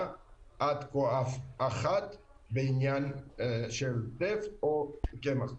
עד כה אף אחת בעניין של טף או קמח טף.